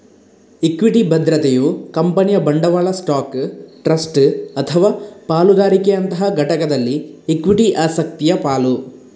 equity ಭದ್ರತೆಯು ಕಂಪನಿಯ ಬಂಡವಾಳ ಸ್ಟಾಕ್, ಟ್ರಸ್ಟ್ ಅಥವಾ ಪಾಲುದಾರಿಕೆಯಂತಹ ಘಟಕದಲ್ಲಿ ಇಕ್ವಿಟಿ ಆಸಕ್ತಿಯ ಪಾಲು